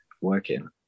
working